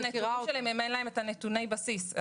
הנתונים שלהם אם אין להם את נתוני הבסיס.